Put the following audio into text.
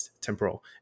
Temporal